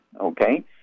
Okay